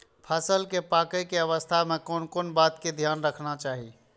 फसल के पाकैय के अवस्था में कोन कोन बात के ध्यान रखना चाही?